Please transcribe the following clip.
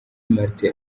martin